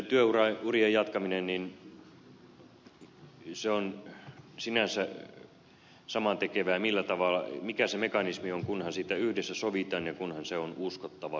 tämä työurien jatkaminen se on sinänsä samantekevää mikä se mekanismi on kunhan siitä yhdessä sovitaan ja kunhan se lopputulos on uskottava